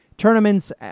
Tournaments